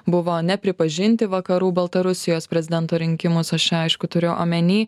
buvo nepripažinti vakarų baltarusijos prezidento rinkimus aš čia aišku turiu omeny